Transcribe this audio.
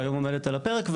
שהיום עומדת על הפרק,